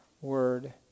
word